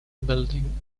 building